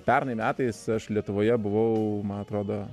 pernai metais aš lietuvoje buvau man atrodo